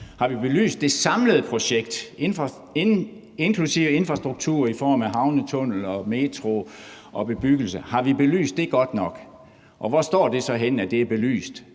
Har vi belyst det samlede projekt, inklusive infrastruktur i form af en havnetunnel og metro og bebyggelse, godt nok? Og hvor står det så henne, at det er belyst